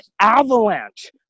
avalanche